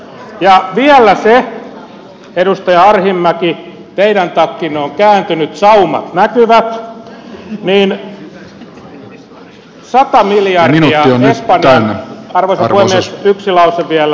ja vielä edustaja arhinmäki teidän takkinne on kääntynyt saumat näkyvät arvoisa puhemies yksi lause vielä